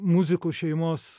muzikų šeimos